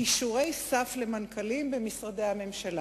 כישורי סף למנכ"לים במשרדי הממשלה.